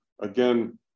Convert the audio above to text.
again